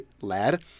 lad